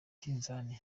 kisangani